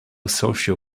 socio